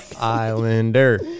Islander